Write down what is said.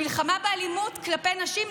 המלחמה באלימות כלפי נשים,